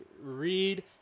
read